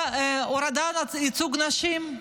הורדת ייצוג נשים.